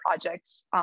projects